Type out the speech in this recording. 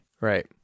Right